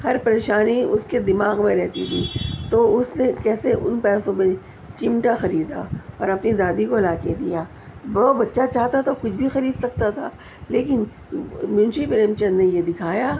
ہر پریشانی اس کے دماغ میں رہتی تھی تو اس نے کیسے ان پیسوں میں چمٹا خریدا اور اپنی دادی کو لاکے دیا وہ بچہ چاہتا تو کچھ بھی خرید سکتا تھا لیکن منشی پریم چند نے یہ دکھایا